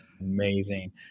amazing